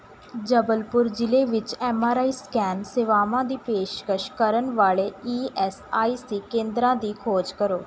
ਜਬਲਪੁਰ ਜ਼ਿਲ੍ਹੇ ਵਿੱਚ M R I scan ਸੇਵਾਵਾਂ ਦੀ ਪੇਸ਼ਕਸ਼ ਕਰਨ ਵਾਲ਼ੇ ਈ ਐੱਸ ਆਈ ਸੀ ਕੇਂਦਰਾਂ ਦੀ ਖੋਜ ਕਰੋ